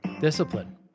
Discipline